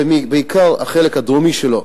בעיקר החלק הדרומי שלו,